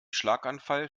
schlaganfall